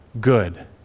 good